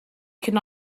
could